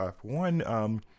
one